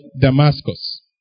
Damascus